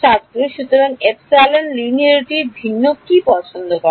ছাত্র সুতরাং এপিসিলন লিনিয়ারটি ভিন্ন কি পছন্দ করে